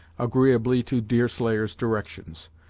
agreeably to deerslayer's directions.